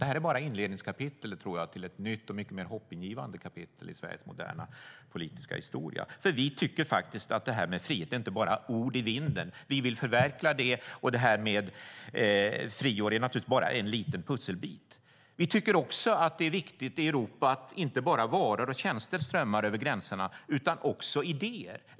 Det här är bara inledningen till ett nytt och mer hoppingivande kapitel i Sveriges moderna politiska historia. Vi tycker att det här med frihet inte bara är ord i vinden. Vi vill förverkliga det, och det här med friår är naturligtvis bara en liten pusselbit. Vi tycker också att det är viktigt att inte bara varor och tjänster strömmar över gränserna i Europa utan också idéer.